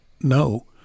no